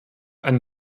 einen